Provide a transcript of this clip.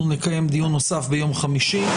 אנחנו נקיים דיון נוסף ביום חמישי,